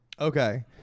Okay